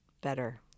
better